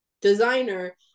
designer